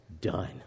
done